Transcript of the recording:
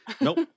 Nope